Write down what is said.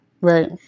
Right